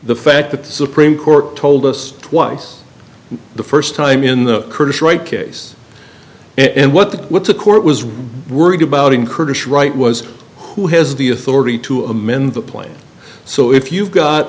the fact that the supreme court told us twice the first time in the kurdish right case and what the court was worried about in kurdish right was who has the authority to amend the planes so if you've got